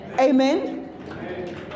Amen